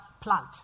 plant